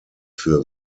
für